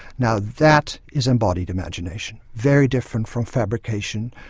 now that is embodied imagination, very different from fabrication.